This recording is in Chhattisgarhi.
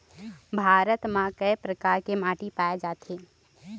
भारत म कय प्रकार के माटी पाए जाथे?